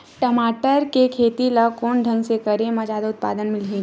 टमाटर के खेती ला कोन ढंग से करे म जादा उत्पादन मिलही?